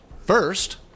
First